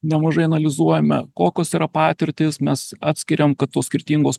nemažai analizuojame kokios yra patirtys mes atskiriam kad tos skirtingos